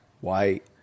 white